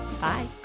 Bye